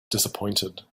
disappointed